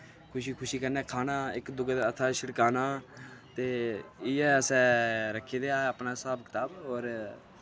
खुशी खुशी कन्नै खाना इक दुए दे हत्था छड़काना ते इयै असें रखे दा हा अपना स्हाब कताब होर